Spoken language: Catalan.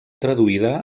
traduïda